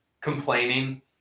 complaining